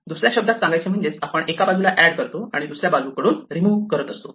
दुसऱ्या शब्दात सांगायचे म्हणजेच आपण एका बाजूला एड करतो आणि आणि दुसऱ्या बाजूकडून रिमूव करत असतो